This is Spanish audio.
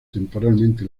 temporalmente